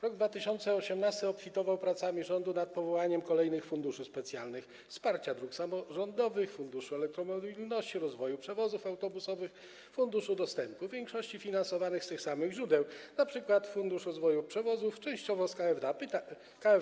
Rok 2018 obfitował w prace rządu nad powołaniem kolejnych funduszy specjalnych, funduszu wsparcia dróg samorządowych, funduszu elektromobilności, rozwoju przewozów autobusowych, funduszu dostępu, w większości finansowanych z tych samych źródeł, np. fundusz rozwoju przewozów częściowo z KFD.